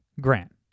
Grant